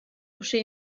uschè